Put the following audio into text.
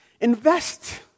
Invest